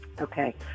Okay